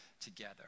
together